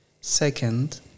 Second